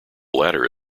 latter